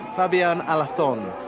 fabian alarcon.